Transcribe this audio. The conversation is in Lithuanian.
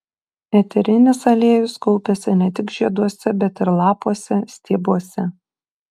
eterinis aliejus kaupiasi ne tik žieduose bet ir lapuose stiebuose